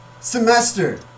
Semester